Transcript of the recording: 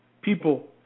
people